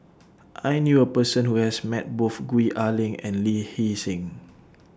I knew A Person Who has Met Both Gwee Ah Leng and Lee Hee Seng